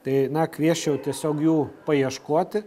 tai na kviesčiau tiesiog jų paieškoti